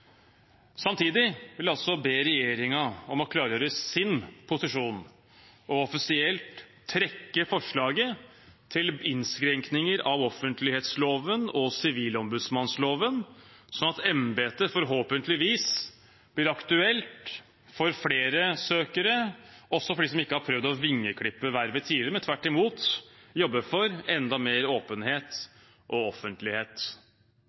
Samtidig vil jeg be regjeringen om å klargjøre sin posisjon og offisielt trekke forslaget om innskrenkninger av offentlighetsloven og sivilombudsmannsloven, slik at embetet forhåpentligvis blir aktuelt for flere søkere, også de som ikke har prøvd å vingeklippe vervet tidligere, men tvert imot jobber for enda mer åpenhet og offentlighet.